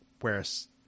Whereas